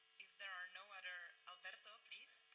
if there are no other alberto, please.